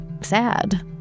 sad